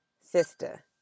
sister